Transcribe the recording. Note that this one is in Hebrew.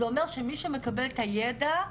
זה אומר שמי שמקבל את הידע,